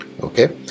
okay